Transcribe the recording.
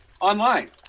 online